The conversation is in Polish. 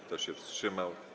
Kto się wstrzymał?